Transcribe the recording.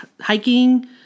hiking